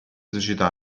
società